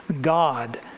God